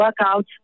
workouts